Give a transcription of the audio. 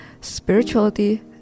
spirituality